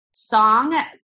song